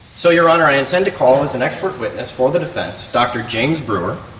so, your honour, i intend to call as an expert witness for the defence, dr james brewer.